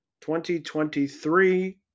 2023